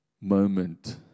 moment